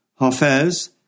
Hafez